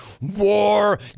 War